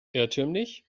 irrtümlich